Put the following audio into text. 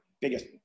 biggest